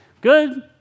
good